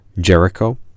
Jericho